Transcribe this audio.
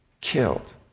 killed